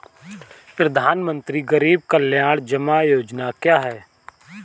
प्रधानमंत्री गरीब कल्याण जमा योजना क्या है?